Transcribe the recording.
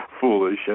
foolish